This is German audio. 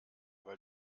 weil